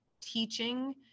teaching